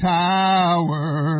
tower